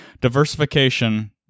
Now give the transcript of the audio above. Diversification